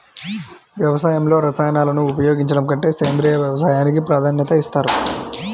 వ్యవసాయంలో రసాయనాలను ఉపయోగించడం కంటే సేంద్రియ వ్యవసాయానికి ప్రాధాన్యత ఇస్తారు